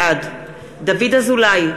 בעד דוד אזולאי,